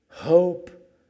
hope